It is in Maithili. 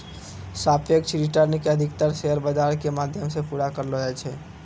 सापेक्ष रिटर्न के अधिकतर शेयर बाजार के माध्यम से पूरा करलो जाय छै